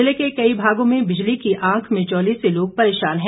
जिले के कई भागों में बिजली की आंख मिचौनी से लोग परेशान हैं